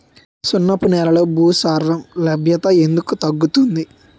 సున్నపు నేలల్లో భాస్వరం లభ్యత ఎందుకు తగ్గుతుంది?